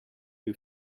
who